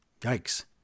Yikes